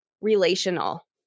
relational